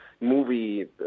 movie